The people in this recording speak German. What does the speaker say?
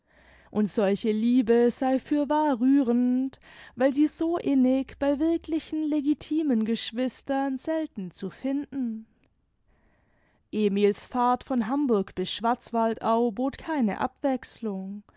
und solche liebe sei fürwahr rührend weil sie so innig bei wirklichen legitimen geschwistern selten zu finden emil's fahrt von hamburg bis schwarzwaldau bot keine abwechslung